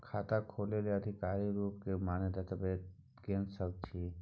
खाता खोले लेल आधिकारिक रूप स मान्य दस्तावेज कोन सब छिए?